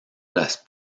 las